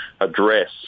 address